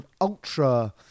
ultra